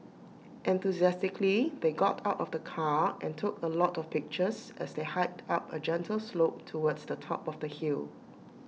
enthusiastically they got out of the car and took A lot of pictures as they hiked up A gentle slope towards the top of the hill